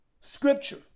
scripture